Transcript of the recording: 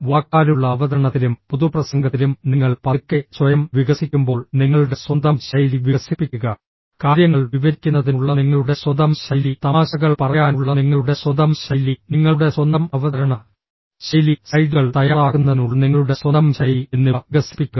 വാക്കാലുള്ള അവതരണത്തിലും പൊതുപ്രസംഗത്തിലും നിങ്ങൾ പതുക്കെ സ്വയം വികസിക്കുമ്പോൾ നിങ്ങളുടെ സ്വന്തം ശൈലി വികസിപ്പിക്കുക കാര്യങ്ങൾ വിവരിക്കുന്നതിനുള്ള നിങ്ങളുടെ സ്വന്തം ശൈലി തമാശകൾ പറയാനുള്ള നിങ്ങളുടെ സ്വന്തം ശൈലി നിങ്ങളുടെ സ്വന്തം അവതരണ ശൈലി സ്ലൈഡുകൾ തയ്യാറാക്കുന്നതിനുള്ള നിങ്ങളുടെ സ്വന്തം ശൈലി എന്നിവ വികസിപ്പിക്കുക